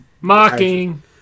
Mocking